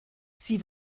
sie